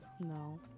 No